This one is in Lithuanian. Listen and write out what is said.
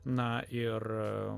na ir